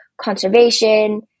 conservation